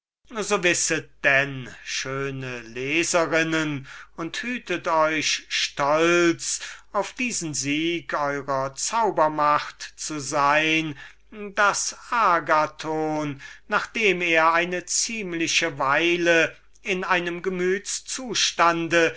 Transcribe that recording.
so wisset dann schöne leserinnen und hütet euch stolz auf diesen sieg eurer zaubermacht zu sein daß agathon nachdem er eine ziemliche weile in einem